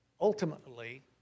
ultimately